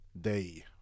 day